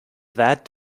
that